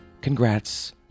Congrats